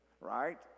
right